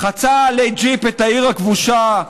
"חצה עלי ג'יפ את העיר הכבושה,